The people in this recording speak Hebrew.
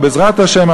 ובעזרת השם,